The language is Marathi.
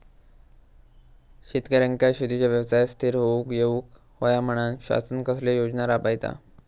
शेतकऱ्यांका शेतीच्या व्यवसायात स्थिर होवुक येऊक होया म्हणान शासन कसले योजना राबयता?